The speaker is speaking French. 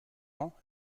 ans